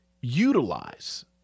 utilize